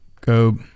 Go